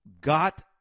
got